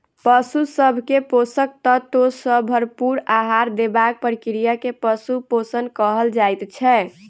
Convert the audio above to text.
पशु सभ के पोषक तत्व सॅ भरपूर आहार देबाक प्रक्रिया के पशु पोषण कहल जाइत छै